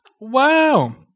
Wow